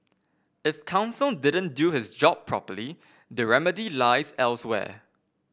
if counsel didn't do his job properly the remedy lies elsewhere